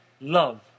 love